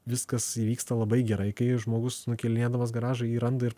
viskas įvyksta labai gerai kai žmogus nukelinėdamas garažą jį randa ir